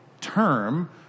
term